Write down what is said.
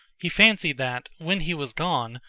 he fancied that, when he was gone,